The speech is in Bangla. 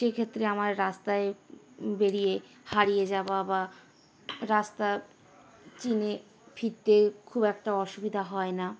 সেই ক্ষেত্রে আমার রাস্তায় বেরিয়ে হারিয়ে যাওয়া বা রাস্তা চিনে ফিরতে খুব একটা অসুবিধা হয় না